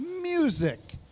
Music